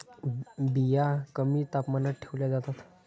बिया कमी तापमानात ठेवल्या जातात